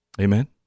Amen